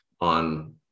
on